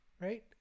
right